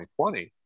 2020